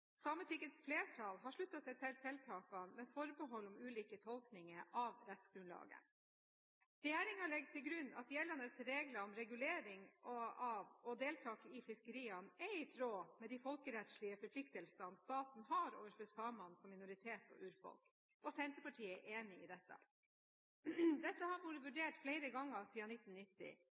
Sametingets flertall har sluttet seg til tiltakene med forbehold om ulike tolkninger av rettsgrunnlaget. Regjeringen legger til grunn at gjeldende regler om regulering av og deltakelse i fiskeriene er i tråd med de folkerettslige forpliktelsene staten har overfor samene som minoritet og urfolk, og Senterpartiet er enig i dette. Dette har vært vurdert flere ganger siden 1990,